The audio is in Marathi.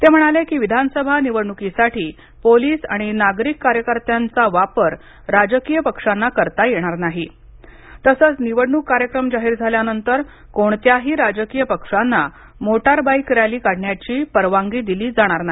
ते म्हणाले की विधानसभा निवडणुकीसाठी पोलीस आणि नागरिक कार्यकर्त्यांचा वापर राजकीय पक्षांना करता येणार नाही तसच निवडणूक कार्यक्रम जाहीर झाल्यानंतर कोणत्याही राजकीय पक्षांना मोटर बाईक रॅली काढण्याची परवानगी दिली जाणार नाही